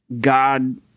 God